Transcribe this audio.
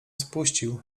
spuścił